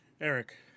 Eric